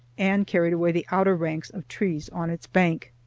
and carried away the outer ranks of trees on its bank.